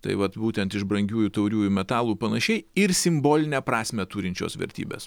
tai vat būtent iš brangiųjų tauriųjų metalų panašiai ir simbolinę prasmę turinčios vertybės